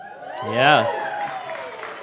Yes